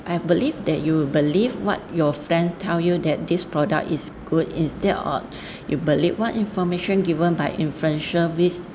I believe that you believe what your friends tell you that this product is good instead of you believe what information given by influencer